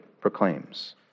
proclaims